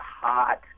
hot